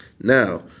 Now